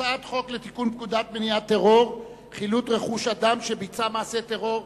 הצעת חוק לתיקון פקודת מניעת טרור (חילוט רכוש אדם שביצע מעשה טרור),